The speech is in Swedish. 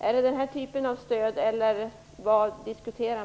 Är det den här typen av stöd som diskuteras eller vad är det man diskuterar?